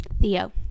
theo